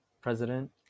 President